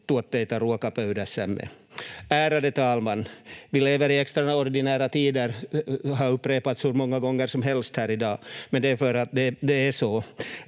ruokatuotteita ruokapöydässämme. Ärade talman! Att vi lever i extraordinära tider har upprepats hur många gånger som helst här i dag, men det är för att det är så.